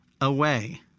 Away